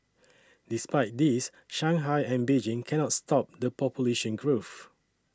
despite this Shanghai and Beijing cannot stop the population growth